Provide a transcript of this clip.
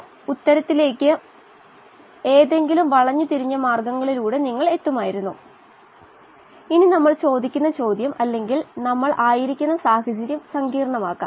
super പൂരിത സാഹചര്യങ്ങളിൽ ഇത് പ്രവർത്തിക്കാൻ പോകുന്നില്ല എന്ന് അനുമാനിക്കാം നമ്മുടെ സിസ്റ്റത്തിൽ ഓക്സിജന്റെ ഔട്ട്പുട്ട് നിരക്ക് 0 ആയിരിക്കും അങ്ങനെയാണ് നമ്മൾ ഇത് 0 ആയി ക്രമീകരിക്കുന്നത്